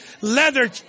leather